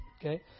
Okay